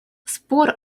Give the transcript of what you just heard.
спор